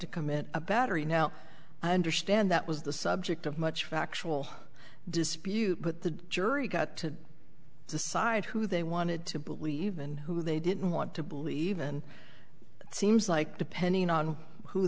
to commit a battery now i understand that was the subject of much factual dispute but the jury got to decide who they wanted to believe and who they didn't want to believe and it seems like depending on who